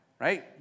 right